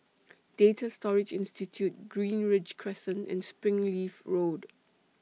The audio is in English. Data Storage Institute Greenridge Crescent and Springleaf Road